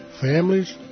families